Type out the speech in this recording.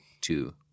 two